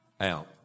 out